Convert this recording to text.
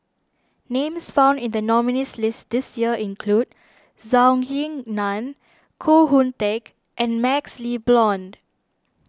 names found in the nominees'list this year include Zhou Ying Nan Koh Hoon Teck and MaxLe Blond